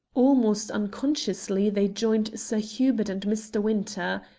almost unconsciously they joined sir hubert and mr. winter.